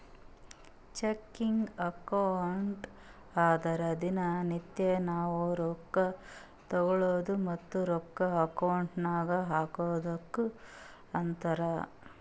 checking account ಅಂದುರ್ ದಿನಾ ನಿತ್ಯಾ ನಾವ್ ರೊಕ್ಕಾ ತಗೊಳದು ಮತ್ತ ರೊಕ್ಕಾ ಅಕೌಂಟ್ ನಾಗ್ ಹಾಕದುಕ್ಕ ಅಂತಾರ್